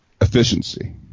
efficiency